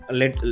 let